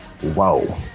Whoa